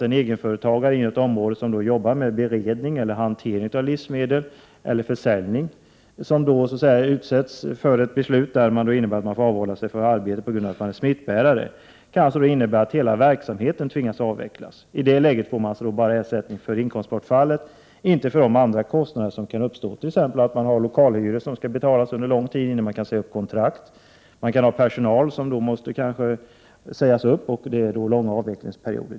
En egenföretagare, som arbetar med beredning, hantering eller försäljning av livsmedel och som utsätts för ett beslut innebärande att han måste avhålla sig från arbete på grund av att han är smittbärare, kan tvingas avveckla hela verksamheten. I det läget får han således bara ersättning för inkomstbortfallet och inte för övriga kostnader i form av exempelvis lokalhyror under lång tid, lön till personal som måste sägas upp osv.